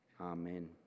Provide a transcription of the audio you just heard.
amen